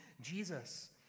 Jesus